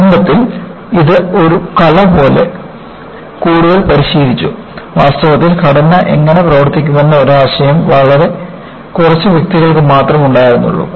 ആരംഭത്തിൽ ഇത് ഒരു കല പോലെ കൂടുതൽ പരിശീലിച്ചു വാസ്തവത്തിൽ ഘടന എങ്ങനെ പ്രവർത്തിക്കുമെന്ന് ഒരു ആശയം വളരെ കുറച്ച് വ്യക്തികൾക്ക് മാത്രം ഉണ്ടായിരുന്നുള്ളൂ